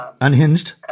Unhinged